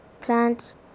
plants